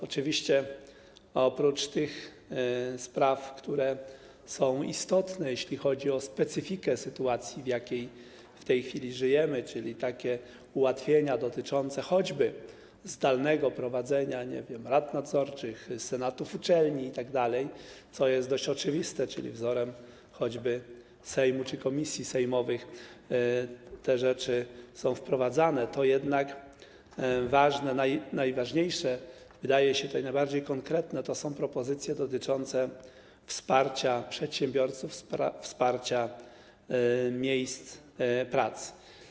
Oczywiście oprócz spraw, które są istotne, jeśli chodzi o specyfikę sytuacji, w jakiej w tej chwili żyjemy, czyli takich jak ułatwienia dotyczące choćby zdalnego powadzenia zebrań rad nadzorczych, senatów uczelni itd., co jest dość oczywiste, czyli wzorem Sejmu czy komisji sejmowych - te rzeczy są wprowadzane - to jednak ważne, najważniejsze i najbardziej konkretne wydają się propozycje dotyczące wsparcia przedsiębiorców, wsparcia miejsc pracy.